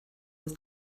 was